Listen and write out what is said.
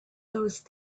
those